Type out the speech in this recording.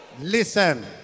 Listen